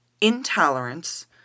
intolerance